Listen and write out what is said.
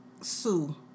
Sue